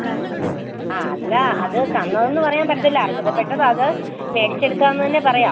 ആ ആ അല്ല അത് തന്നതെന്ന് പറയാൻ പറ്റത്തില്ല അര്ഹതപ്പെട്ടതത് മേടിച്ചെടുത്തതാണെന്ന് തന്നെ പറയാം